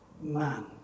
man